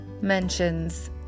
mentions